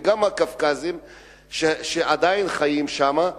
וגם הקווקזים שעדיין חיים שם,